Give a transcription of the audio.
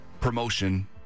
promotion